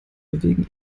bewegen